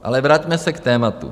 Ale vraťme se k tématu.